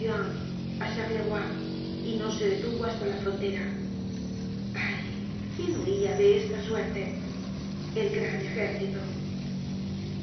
y no se detuvo hasta la frontera ay quién huia de esta suerte el gran ejército